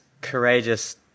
courageous